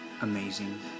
amazing